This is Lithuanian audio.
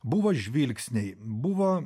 buvo žvilgsniai buvo